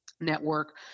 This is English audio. network